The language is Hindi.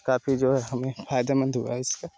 काफी जो है हमें फायदेमंद हुआ है इससे